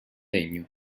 legno